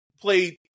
played